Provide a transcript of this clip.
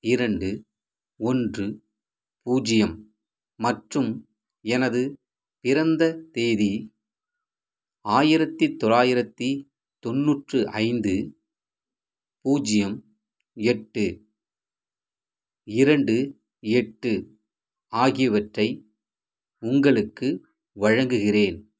இரண்டு ஒன்று பூஜ்ஜியம் மற்றும் எனது பிறந்த தேதி ஆயிரத்தி தொள்ளாயிரத்தி தொண்ணூற்றி ஐந்து பூஜ்ஜியம் எட்டு இரண்டு எட்டு ஆகியவற்றை உங்களுக்கு வழங்குகிறேன்